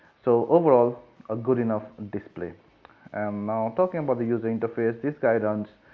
so overall a good enough display and now talking about the user interface. this guy runs